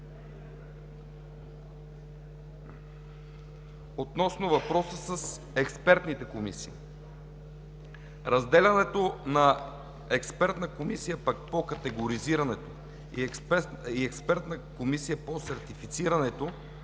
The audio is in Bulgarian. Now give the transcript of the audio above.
Относно въпроса с експертните комисии. Разделянето на Експертна комисия по категоризирането и Експертна комисия по сертифицирането